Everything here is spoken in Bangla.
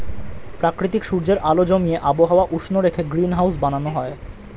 প্রাকৃতিক সূর্যের আলো জমিয়ে আবহাওয়া উষ্ণ রেখে গ্রিনহাউস বানানো হয়